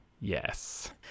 Yes